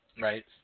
Right